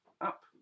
up